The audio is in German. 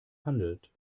handelt